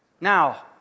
Now